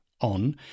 on